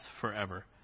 forever